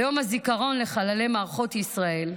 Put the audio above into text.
ביום הזיכרון לחללי מערכות ישראל,